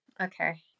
Okay